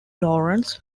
lawrence